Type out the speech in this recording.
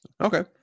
okay